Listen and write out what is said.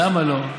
למה לא?